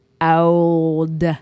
Old